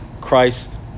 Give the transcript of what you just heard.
Christ